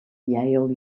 yale